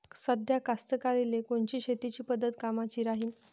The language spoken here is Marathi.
साध्या कास्तकाराइले कोनची शेतीची पद्धत कामाची राहीन?